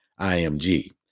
IMG